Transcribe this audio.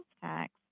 tax